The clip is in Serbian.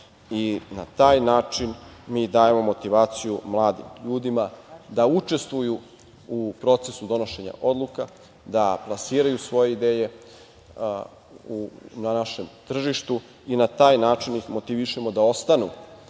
i na taj način mi dajemo motivaciju mladim ljudima da učestvuju u procesu donošenja odluka, da plasiraju svoje ideje na našem tržištu i na taj način ih motivišemo da ostanu